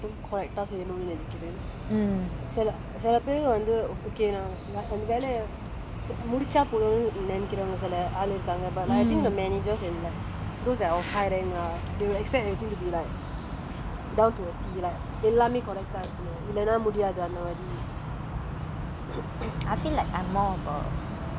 அதான்:athaan like வேற எடத்துல வந்து வேல செய்யும் போது எல்லாத்தையும்:vera edathula vanthu vela seyyum pothu ellathayum correct ah செய்யனுன்னு நெனைக்குரன் செல செல பேரு வந்து:seyyanunu nenaikkuran sela sela peru vanthu okay நா அந்த வேல முடிச்சா போதுன்னு நெனைகுரவங்க செல ஆளு இருக்காங்க:na antha vela mudicha pothunu nenaikkuravanga sela aalu irukkaanga but I think the managers and the whose ah hiring ah they were expecting to be like down to a tea like எல்லாமே:ellame correct ah இருக்கனும் இல்லனா முடியாது அந்த மாறி:irukkanum illana mudiyaathu antha maari